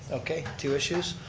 okay, two issues.